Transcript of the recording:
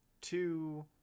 two